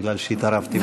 בגלל שהתערבתי בדברייך.